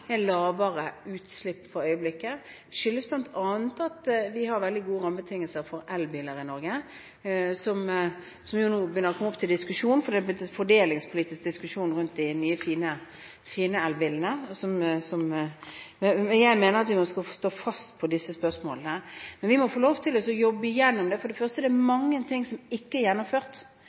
er lavere utslipp for øyeblikket. Det skyldes bl.a. at vi har veldig gode rammebetingelser for elbiler i Norge, som nå begynner å komme opp til diskusjon for det er blitt en fordelingspolitisk diskusjon rundt de nye, fine elbilene. Jeg mener vi må stå fast i disse spørsmålene. Vi må få lov til å jobbe gjennom det. For det første er det mange ting som ikke er gjennomført.